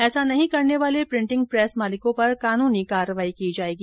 ऐसा नहीं करने वाले प्रिंटिंग प्रेस मालिकों पर कानूनी कार्यवाही की जाएगी